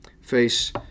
face